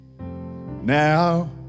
now